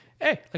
Hey